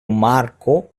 marko